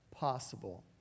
possible